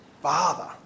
Father